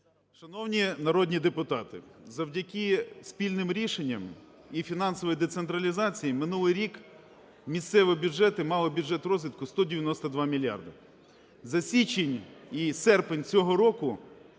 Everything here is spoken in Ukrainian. Шановні народні депутати, завдяки спільним рішенням і фінансовій децентралізації минулий рік місцеві бюджети мали бюджет розвитку 192 мільярди, за січень і серпень цього року